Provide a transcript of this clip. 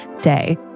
day